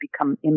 become